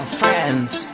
friends